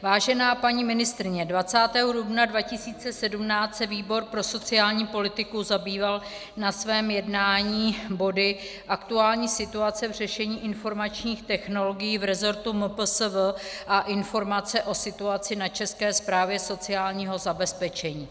Vážená paní ministryně, 20. dubna 2017 se výbor pro sociální politiku zabýval na svém jednání body aktuální situace v řešení informačních technologií v resortu MPSV a informace o situaci na České správě sociálního zabezpečení.